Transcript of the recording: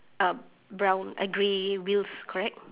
um brown uh grey wheels correct